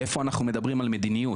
איפה אנחנו מדברים על מדיניות?